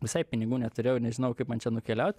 visai pinigų neturėjau ir nežinojau kaip man čia nukeliaut